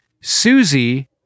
susie